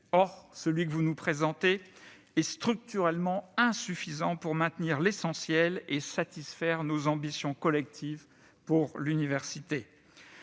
Or celui que vous nous présentez est structurellement insuffisant pour maintenir l'essentiel et satisfaire nos ambitions collectives pour l'université.